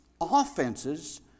offenses